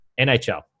NHL